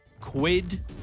Quid